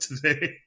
today